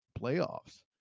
playoffs